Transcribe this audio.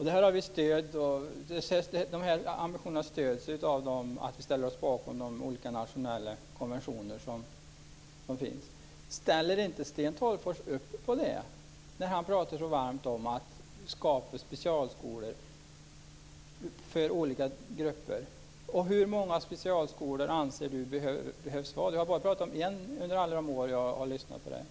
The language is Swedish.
Dessa ambitioner stöds av att vi ställer oss bakom de olika nationella konventioner som finns. Ställer inte Sten Tolgfors sig bakom det, när han talar så varmt om att skapa specialskolor för olika grupper? Hur många specialskolor anser han behövs? Han har bara talat om en under alla de år som jag har lyssnat på honom.